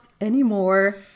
anymore